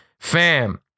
Fam